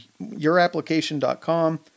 yourapplication.com